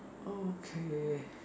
okay